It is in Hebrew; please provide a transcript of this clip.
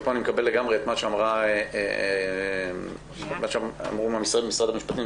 ופה אני מקבל לגמרי את מה שאמרו ממשרד המשפטים,